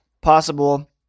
possible